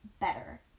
better